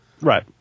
Right